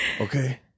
Okay